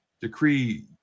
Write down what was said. decree